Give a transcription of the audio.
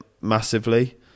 massively